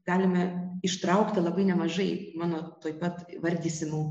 galime ištraukti labai nemažai mano tuoj pat vardysimų